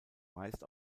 meist